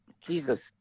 Jesus